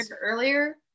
earlier